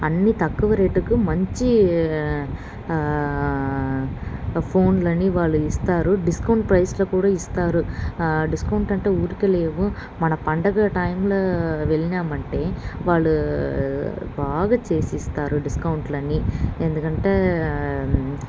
అన్నీ తక్కువ రేటుకు మంచి ఫోన్లని వాళ్ళు ఇస్తారు డిస్కౌంట్ ప్రైస్లో కూడా ఇస్తారు ఆ డిస్కౌంట్ అంటే ఊరికే లేవు మన పండగ టైంలో వెళ్ళినామంటే వాళ్ళు బాగా చేసిస్తారు డిస్కౌంట్లని ఎందుకంటే